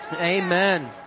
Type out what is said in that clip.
Amen